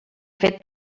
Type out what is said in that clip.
fet